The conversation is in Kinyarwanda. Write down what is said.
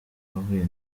bahuye